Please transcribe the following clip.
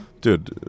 Dude